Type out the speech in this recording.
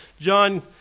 John